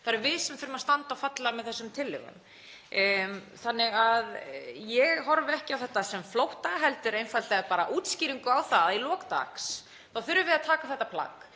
Það erum við sem þurfum að standa og falla með þessum tillögum. Ég horfi ekki á þetta sem flótta heldur einfaldlega bara útskýringu á því í lok dags þurfum við að taka þetta plagg,